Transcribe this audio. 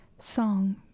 song